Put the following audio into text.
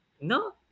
no